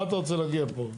מה אתה רוצה להגיע פה?